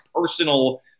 personal